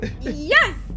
yes